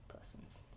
persons